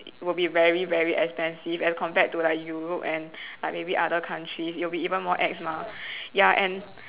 will be very very expensive as compared to like Europe and like maybe other countries it will be even more ex mah ya and